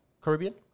Caribbean